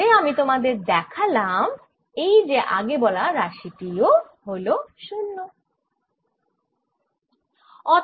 তাহলে আমি তোমাদের দেখালামRefer Time 2011 এই যে আগে বলা এই রাশি টি হল 0